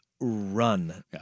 run